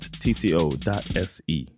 tco.se